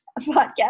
podcast